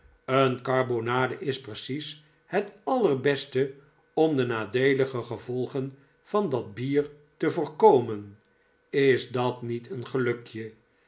een karbonade is precies het allerbeste om de nadeelige gevolgen van dat bier te voorkomen is dat niet een gelukje